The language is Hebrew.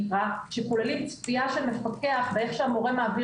שכוללים צפייה של מפקח באיך שהמורה מעביר